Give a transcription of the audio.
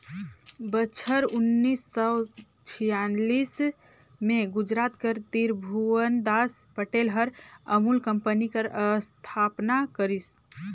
बछर उन्नीस सव छियालीस में गुजरात कर तिरभुवनदास पटेल हर अमूल कंपनी कर अस्थापना करिस